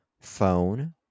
phone